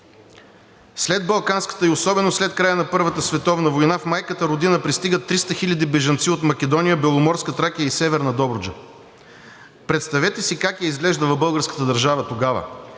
След Балканската и особено след края на Първата световна война в майката родина пристигат 300 хиляди бежанци от Македония, Беломорска Тракия и Северна Добруджа. Представете си как е изглеждала българската държава тогава